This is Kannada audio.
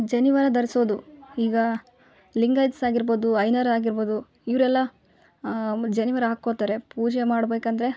ಜನಿವಾರ ಧರಿಸೋದು ಈಗ ಲಿಂಗಾಯಿತ್ಸ್ ಆಗಿರ್ಬೋದು ಅಯ್ಯಂಗಾರ್ ಆಗಿರ್ಬೋದು ಇವರೆಲ್ಲ ಜನಿವಾರ ಹಾಕ್ಕೋತ್ತಾರೆ ಪೂಜೆ ಮಾಡ್ಬೇಕಂದರೆ